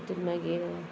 तितूंत मागीर